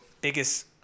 biggest